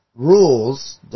...rules